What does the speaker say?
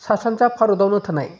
सा सानजा भारतावनो थानाय